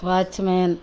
watchman